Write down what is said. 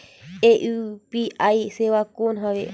ये यू.पी.आई सेवा कौन हवे?